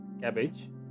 cabbage